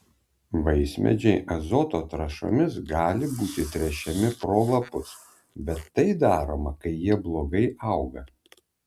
vaismedžiai azoto trąšomis gali būti tręšiami pro lapus bet tai daroma kai jie blogai auga